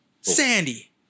Sandy